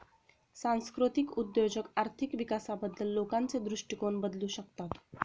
सांस्कृतिक उद्योजक आर्थिक विकासाबद्दल लोकांचे दृष्टिकोन बदलू शकतात